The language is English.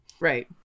Right